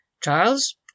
Charles